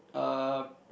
uh